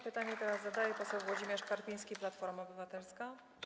Pytanie teraz zadaje poseł Włodzimierz Karpiński, Platforma Obywatelska.